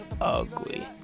ugly